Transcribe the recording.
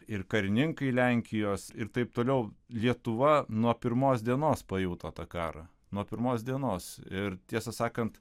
ir karininkai lenkijos ir taip toliau lietuva nuo pirmos dienos pajuto tą karą nuo pirmos dienos ir tiesą sakant